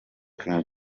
king